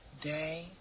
day